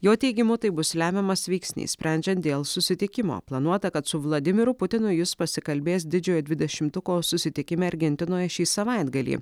jo teigimu tai bus lemiamas veiksnys sprendžiant dėl susitikimo planuota kad su vladimiru putinu jis pasikalbės didžiojo dvidešimtuko susitikime argentinoje šį savaitgalį